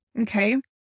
Okay